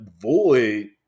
Void